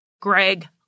Greg